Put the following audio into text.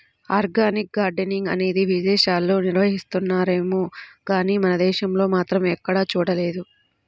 organic gardening అనేది విదేశాల్లో నిర్వహిస్తున్నారేమో గానీ మన దేశంలో మాత్రం ఎక్కడా చూడలేదు